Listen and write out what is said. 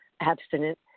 abstinent